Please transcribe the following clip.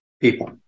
people